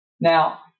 Now